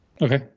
Okay